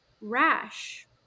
rash